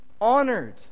honored